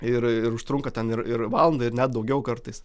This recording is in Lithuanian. ir ir užtrunka ten ir ir valandą ir net daugiau kartais